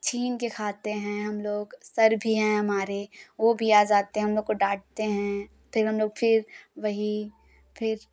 छीन के खाते हैं हम लोग सर भी हैं हमारे वो भी आ जाते हैं हम लोग को डांटते हैं फिर हम लोग फिर वही फिर